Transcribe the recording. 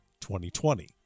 2020